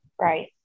right